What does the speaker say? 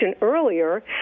earlier